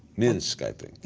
minsk i think.